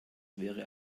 wäre